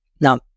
Now